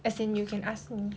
as in you can ask me